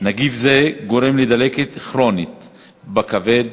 נגיף זה גורם לדלקת כרונית בכבד